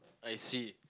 I see